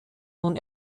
nun